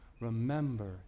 remember